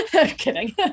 Kidding